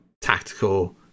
tactical